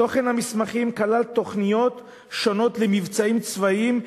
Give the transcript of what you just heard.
תוכן המסמכים כלל תוכניות שונות למבצעים צבאיים,